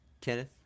Kenneth